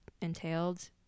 entailed